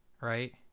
Right